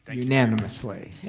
and unanimously.